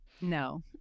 No